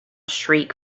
shriek